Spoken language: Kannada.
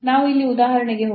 ನಾವು ಇಲ್ಲಿ ಉದಾಹರಣೆಗೆ ಹೋಗೋಣ